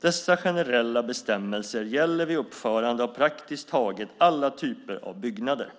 Dessa generella bestämmelser gäller vid uppförande av praktiskt taget alla typer av byggnader.